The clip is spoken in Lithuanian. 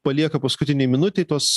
palieka paskutinei minutei tos